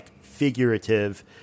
figurative